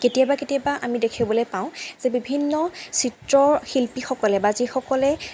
কেতিয়াবা কেতিয়াবা আমি দেখিবলৈ পাওঁ যে বিভিন্ন চিত্ৰশিল্পীসকলে বা যিসকলে